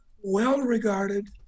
well-regarded